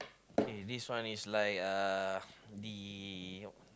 okay this one is like uh the